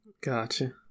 gotcha